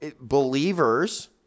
believers